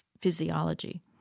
physiology